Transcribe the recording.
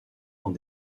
dans